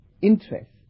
interest